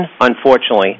unfortunately